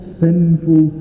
sinful